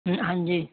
ਹਾਂਜੀ